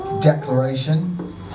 declaration